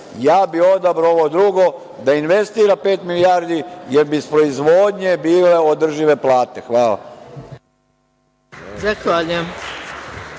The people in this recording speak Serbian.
ja bih odabrao ovo drugo, da investira pet milijardi, jer bi iz proizvodnje bile održive plate. Hvala.